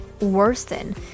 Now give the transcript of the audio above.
worsen